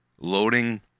loading